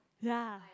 ya